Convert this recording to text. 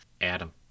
Adam